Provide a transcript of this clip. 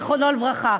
זיכרונו לברכה,